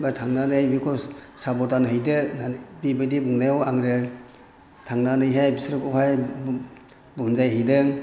एबा थांनानै बेखौ साब'दान हैदो बेबायदि बुंनायाव आङो थांनानैहाय बिसोरखौहाय बुजायहैदों